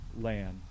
land